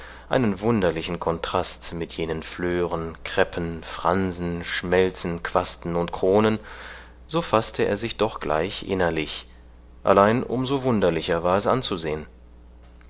einen wunderlichen kontrast mit jenen flören kreppen fransen schmelzen quasten und kronen so faßte er sich doch gleich innerlich allein um so wunderlicher war es anzusehen